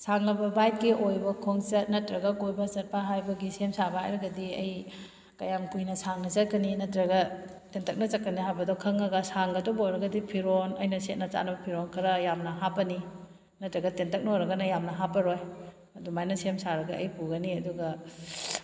ꯁꯥꯡꯂꯕ ꯕꯥꯏꯛꯀꯤ ꯑꯣꯏꯕ ꯈꯣꯡꯆꯠ ꯅꯠꯇ꯭ꯔꯒ ꯀꯣꯏꯕ ꯆꯠꯄ ꯍꯥꯏꯕꯒꯤ ꯁꯦꯝ ꯁꯥꯕ ꯍꯥꯏꯔꯒꯗꯤ ꯑꯩ ꯀꯌꯥꯝ ꯀꯨꯏꯅ ꯁꯥꯡꯅ ꯆꯠꯀꯅꯤ ꯅꯠꯇ꯭ꯔꯒ ꯇꯦꯟꯇꯛꯅ ꯆꯠꯀꯅꯤ ꯍꯥꯏꯕꯗꯣ ꯈꯪꯉꯒ ꯁꯥꯡꯒꯗꯕ ꯑꯣꯏꯔꯒꯗꯤ ꯐꯤꯔꯣꯟ ꯑꯩꯅ ꯁꯦꯠꯅ ꯆꯥꯅꯕ ꯐꯤꯔꯣꯟ ꯈꯔ ꯌꯥꯝꯅ ꯍꯥꯞꯄꯅꯤ ꯅꯠꯇ꯭ꯔꯒ ꯇꯦꯟꯇꯛꯅ ꯑꯣꯏꯔꯒꯅ ꯌꯥꯝꯅ ꯍꯥꯞꯄꯔꯣꯏ ꯑꯗꯨꯃꯥꯏꯅ ꯁꯦꯝ ꯁꯥꯔꯒ ꯑꯩ ꯄꯨꯒꯅꯤ ꯑꯗꯨꯒ